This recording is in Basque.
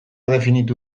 definitu